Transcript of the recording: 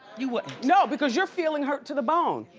you wouldn't? no because you're feeling hurt to the bone.